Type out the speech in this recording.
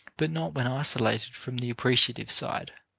but not when isolated from the appreciative side.